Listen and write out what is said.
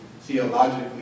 theologically